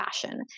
fashion